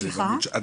זה